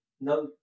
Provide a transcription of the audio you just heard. No